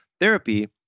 Therapy